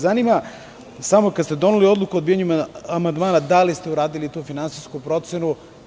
Zanima me samo, kada ste doneli odluku o odbijanju amandmana, da li ste uradili tu finansijsku procenu?